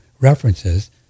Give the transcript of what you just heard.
references